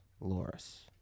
Loris